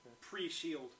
Pre-SHIELD